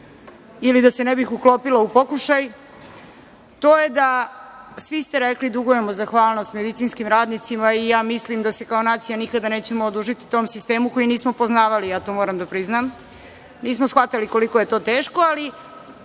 ili da se ne bih uklopila u pokušaj, to je da, svi ste rekli, dugujemo zahvalnost medicinskim radnicima i ja mislim da se kao nacija nikada nećemo odužiti tom sistemu koji nismo poznavali, ja to moram da priznam. Nismo shvatali koliko je to teško. Ali,